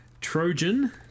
Trojan